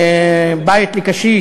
בית לקשיש,